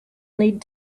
need